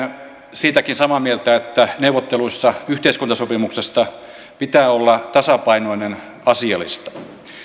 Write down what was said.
siitäkin samaa mieltä että neuvotteluissa yhteiskuntasopimuksesta pitää olla tasapainoinen asialista